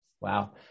Wow